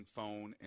Phone